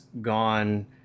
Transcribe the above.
gone